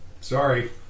Sorry